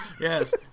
Yes